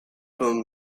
him